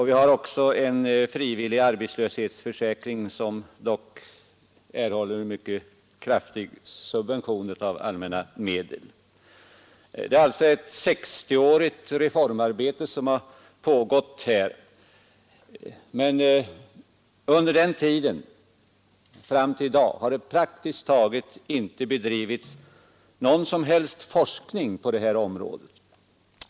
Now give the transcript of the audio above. Vi har också en frivillig arbetslöshetsförsäkring som dock erhåller mycket kraftig subvention av allmänna medel. Det är alltså ett 60-årigt reformarbete som har pågått här. Men under den tiden fram till i dag har det praktiskt taget inte bedrivits någon som helst forskning på detta område.